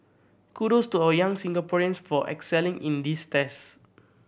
kudos to our young Singaporeans for excelling in these test